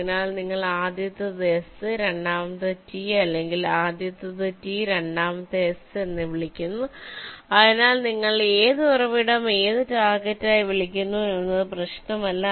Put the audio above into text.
അതിനാൽ നിങ്ങൾ ആദ്യത്തേത് എസ് രണ്ടാമത്തേത് ടി അല്ലെങ്കിൽ ആദ്യത്തേത് ടി രണ്ടാമത്തേത് എസ് എന്ന് വിളിക്കുന്നു അതിനാൽ നിങ്ങൾ ഏത് ഉറവിടം വിളിക്കുന്നു ഏത് ടാർഗെറ്റായി വിളിക്കുന്നു എന്നത് പ്രശ്നമല്ല